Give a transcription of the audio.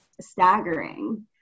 staggering